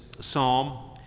psalm